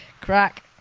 crack